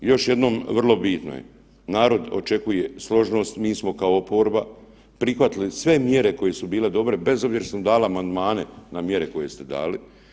Još jednom, vrlo bitno je, narod očekuje složnost, mi smo kao oporba prihvatili sve mjere koje su bile dobre bez obzira što smo dali amandmane na mjere koje ste dali.